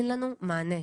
אין לנו מענה.